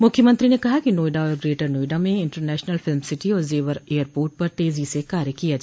मुख्यमंत्री ने कहा कि नोएडा और ग्रेटर नोएडा में इंटरनेशनल फिल्म सिटी और जेवर एयरपोर्ट पर तेजी से कार्य किया जा रहा है